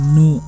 no